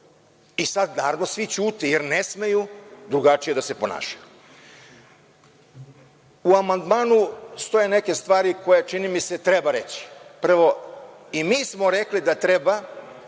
I sad, naravno, svi ćute jer ne smeju drugačije da se ponašaju.U amandmanu stoje neke stvari koje, čini mi se, treba reći. Prvo, i mi smo rekli da treba